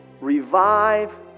revive